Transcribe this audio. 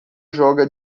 joga